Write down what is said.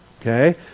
okay